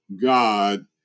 God